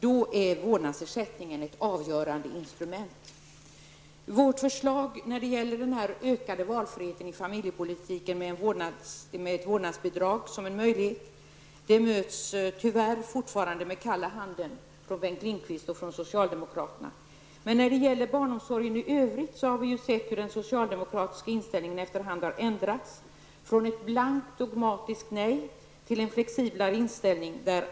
Då är vårdnadsersättningen ett avgörande instrument. Vårt förslag om en ökad valfrihet i familjepolitiken med ett vårdnadsbidrag som ett möjligt alternativ möts, tyvärr, fortfarande med kalla handen från Bengt Lindqvist och andra socialdemokrater. Men när det gäller barnomsorgen i övrigt har vi sett hur den socialdemokratiska inställningen efter hand har förändrats -- från ett blankt dogmatiskt nej till en flexiblare inställning.